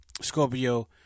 Scorpio